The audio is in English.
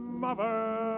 mother